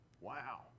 Wow